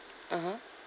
(uh huh)